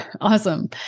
Awesome